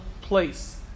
place